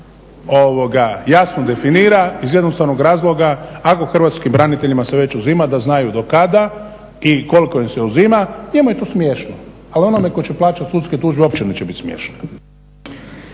3a. jasno definira iz jednostavnog razloga ako hrvatskim braniteljima se već uzima da znaju do kada i koliko im se uzima. Njemu je to smiješno, ali onome tko će plaćati sudske tužbe uopće neće biti smiješno.